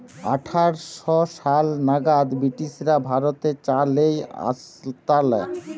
আঠার শ সাল নাগাদ ব্রিটিশরা ভারতে চা লেই আসতালা